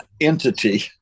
entity